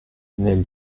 nel